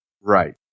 Right